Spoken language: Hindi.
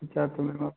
अच्छा तो मैम आपको